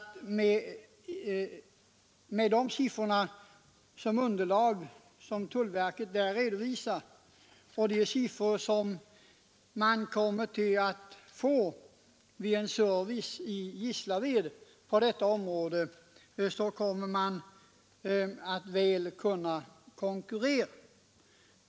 Med de siffror såsom underlag som tullverket där redovisar och de siffror man får vid en tullservice i Gislaved kommer man väl att kunna konkurrera.